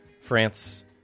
France